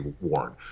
worn